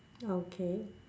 okay